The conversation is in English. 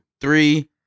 three